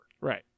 Right